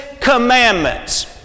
commandments